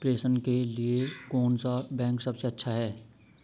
प्रेषण के लिए कौन सा बैंक सबसे अच्छा है?